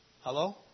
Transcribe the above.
Hello